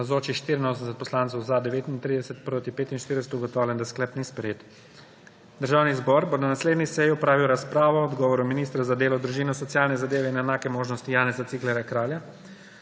45. (Za je glasovalo 37.)(Proti 45.) Ugotavljam, da sklep ni sprejet. Državni zbor bo na naslednji seji opravil razpravo o odgovoru ministra za delo, družino, socialne zadeve in enake možnosti Janeza Ciglerja Kralja